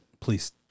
Please